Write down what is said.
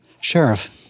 Sheriff